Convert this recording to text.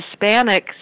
Hispanics